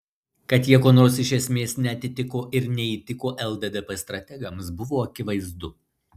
kad jie kuo nors iš esmės neatitiko ir neįtiko lddp strategams buvo akivaizdu